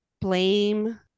blame